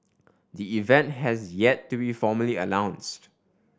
the event has yet to be formally announced